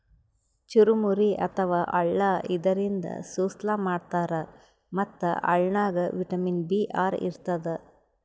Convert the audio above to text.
ಚುರಮುರಿ ಅಥವಾ ಅಳ್ಳ ಇದರಿಂದ ಸುಸ್ಲಾ ಮಾಡ್ತಾರ್ ಮತ್ತ್ ಅಳ್ಳನಾಗ್ ವಿಟಮಿನ್ ಬಿ ಆರ್ ಇರ್ತದ್